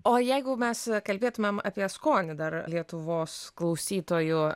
o jeigu mes kalbėtumėm apie skonį dar lietuvos klausytojų